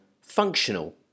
functional